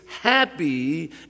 happy